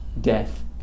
death